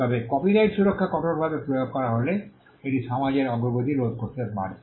তবে কপিরাইট সুরক্ষা কঠোরভাবে প্রয়োগ করা হলে এটি সমাজের অগ্রগতি রোধ করতে পারে